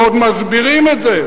ועוד מסבירים את זה,